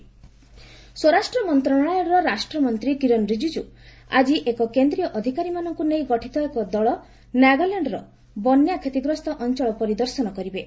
ରିଜିଜ୍ ନାଗାଲ୍ୟାଣ୍ଡ ସ୍ୱରାଷ୍ଟ୍ର ମନ୍ତ୍ରଣାଳୟର ରାଷ୍ଟ୍ରମନ୍ତ୍ରୀ କିରଣ ରିଜିଜ୍ଞ ଆଜି ଏକ କେନ୍ଦ୍ରୀୟ ଅଧିକାରୀମାନଙ୍କୁ ନେଇ ଗଠିତ ଏକ ଦଳ ନାଗାଲ୍ୟାଣ୍ଡର ବନ୍ୟା କ୍ଷତିଗ୍ରସ୍ତ ଅଞ୍ଚଳ ପରିଦର୍ଶନ କରିବେ